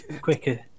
quicker